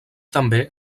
també